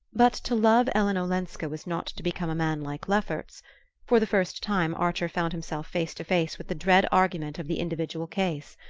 but to love ellen olenska was not to become a man like lefferts for the first time archer found himself face to face with the dread argument of the individual case.